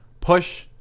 Push